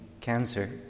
cancer